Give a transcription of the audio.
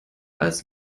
als